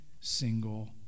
single